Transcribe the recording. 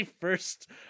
first